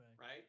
right